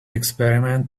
experiment